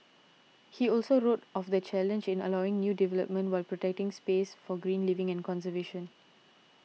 he also wrote of the challenge in allowing new development while protecting space for green living and conservation